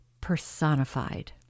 personified